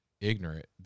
ignorant